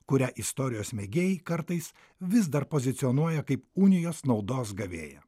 kurią istorijos mėgėjai kartais vis dar pozicionuoja kaip unijos naudos gavėją